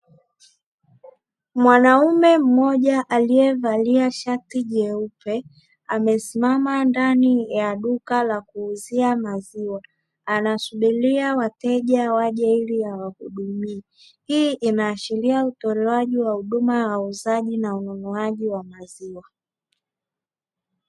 Mwanaume mmoja aliyevalia shati jeupe amesimama ndani ya duka la kuuzia maziwa, anasubiria wateja waje ili awahidumie. Hii inaashiria utoaji wa hudumaji wa uuzaji na ununuaji wa maziwa.